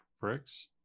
Bricks